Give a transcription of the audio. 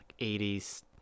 80s